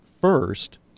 first